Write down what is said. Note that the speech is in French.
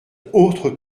autre